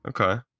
Okay